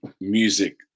music